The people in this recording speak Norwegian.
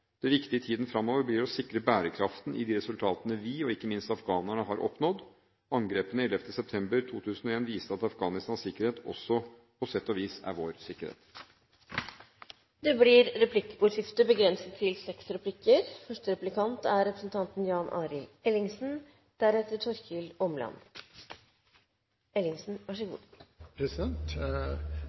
Det viktige i tiden framover blir å sikre bærekraften i de resultatene vi, og ikke minst afghanerne, har oppnådd. Angrepene 11. september 2001 viste at Afghanistans sikkerhet også på sett og vis er vår sikkerhet. Det blir replikkordskifte. Jeg synes utenriksministeren hadde et godt bidrag til